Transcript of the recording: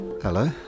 Hello